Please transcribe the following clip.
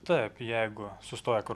taip jeigu sustoja kur